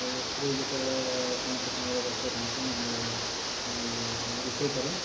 ଆଉ ସ୍ତ୍ରୀ ଯେତେବେଳେ କୌଣସି କାମରେ ବ୍ୟସ୍ତ ଥାନ୍ତି ମୁଁ ରୋଷେଇ କରେ